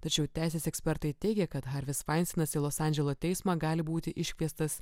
tačiau teisės ekspertai teigia kad harvis veinsteinas į los andželo teismą gali būti iškviestas